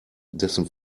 dessen